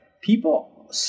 people